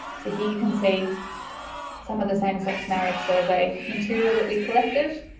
so here you can see some of the same sex marriage survey material that we collected,